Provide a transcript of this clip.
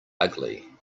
ugly